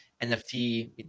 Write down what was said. NFT